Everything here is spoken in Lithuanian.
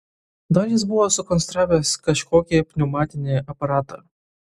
dar jis buvo sukonstravęs kažkokį pneumatinį aparatą